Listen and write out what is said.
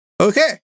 Okay